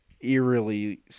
eerily